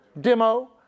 demo